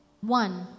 One